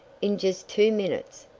in just two minutes.